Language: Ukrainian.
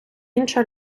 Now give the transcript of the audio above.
інша